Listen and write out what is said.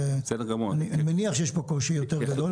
אני מניח שיש פה קושי יותר גדול,